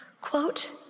Quote